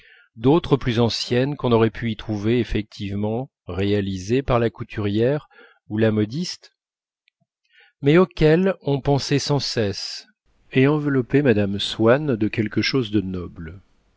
d'autres plus anciennes qu'on n'aurait pu y trouver effectivement réalisées par la couturière ou la modiste mais auxquelles on pensait sans cesse et enveloppaient mme swann de quelque chose de noble